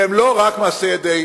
והן לא רק מעשה ידי